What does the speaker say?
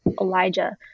Elijah